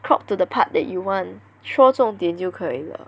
cropped to the part that you want 说重点就可以了